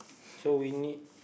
so we need